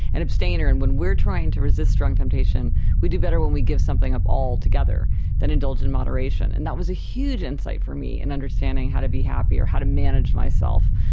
and abstainer, and when we are trying to resist strong temptation we do better when we give something up altogether than indulge in moderation. and that was a huge insight for me in understanding how to be happy or how to manage myself.